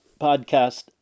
podcast